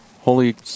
Holy